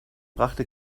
brachte